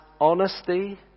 honesty